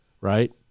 Right